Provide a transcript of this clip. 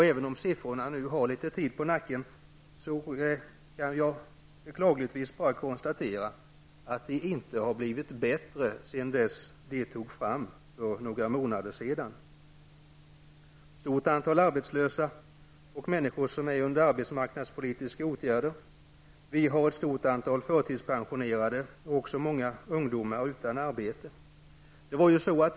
Även om siffrorna nu har litet tid på nacken kan jag beklagligtvis bara konstatera att de inte har blivit bättre sedan de togs fram för några månader sedan. Det finns ett stort antal arbetslösa och människor som är föremål för arbetsmarknadspolitiska åtgärder. Det finns ett stort antal förtidspensionerade och också många ungdomar utan arbete.